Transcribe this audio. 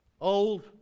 Old